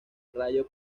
rayo